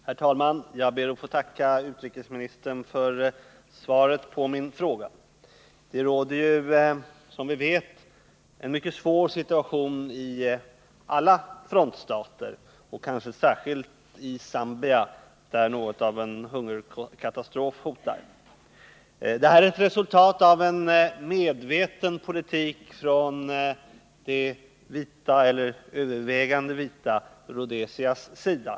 Herr talman! Jag ber att få tacka utrikesministern för svaret på min fråga. Det råder som vi vet en mycket svår situation i alla frontstater och kanske — Nr 47 särskilt i Zambia, där något av en hungerkatastrof hotar. Det är resultatet av — Fredagen den en medveten politik från det vita eller övervägande vita Rhodesias sida.